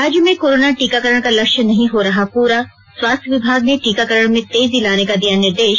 राज्य में करोना टीकाकरण का लक्ष्य नहीं हो रहा पूरा स्वास्थ्य विभाग ने टीकाकरण में तेजी लाने का दिया निर्देश